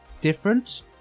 different